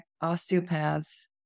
osteopaths